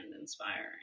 inspiring